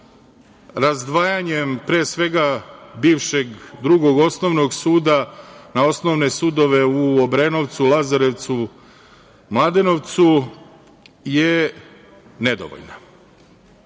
razdvajanjem pre svega bivšeg Drugog osnovnog suda na osnovne sudove u Obrenovcu, Lazarevcu, Mladenovcu, je nedovoljna.